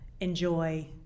enjoy